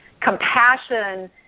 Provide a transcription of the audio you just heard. compassion